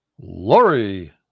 Laurie